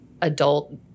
adult